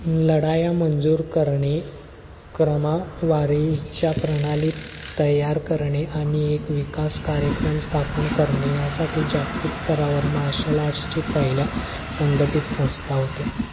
लढाया मंजूर करणे क्रमवारीच्या प्रणाली तयार करणे आणि एक विकास कार्यक्रम स्थापन करणे यासाठी जागतिक स्तरावर मार्शल आर्ट्सची पहिल्या संघटित संस्था होते